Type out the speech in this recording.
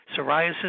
psoriasis